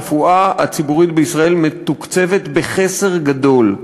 הרפואה הציבורית בישראל מתוקצבת בחסר גדול.